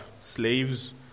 slaves